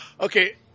Okay